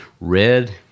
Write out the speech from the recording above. red